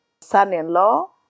son-in-law